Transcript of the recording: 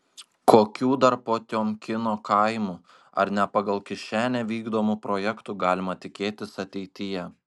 kokių dar potiomkino kaimų ar ne pagal kišenę vykdomų projektų galima tikėtis ateityje